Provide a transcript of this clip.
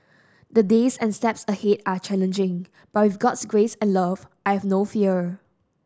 the days and steps ahead are challenging but with God's grace and love I have no fear